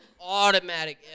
automatic